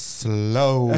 slow